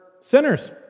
sinners